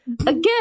again